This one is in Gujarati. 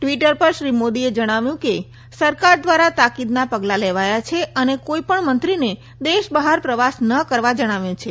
ટ્વીટર પર શ્રી મોદીએ જણાવ્યું કે સરકાર દ્વારા તાકીદનાં પગલાં લેવાયાં છે અને કોઇપણ મંત્રીને દેશ બહાર પ્રવાસ ન કરવા જણાવ્યું છે